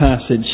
passage